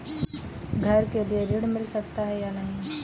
घर के लिए ऋण मिल सकता है या नहीं?